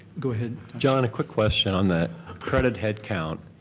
go ahead. john, a quick question on that credit headcount,